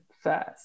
first